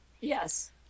Yes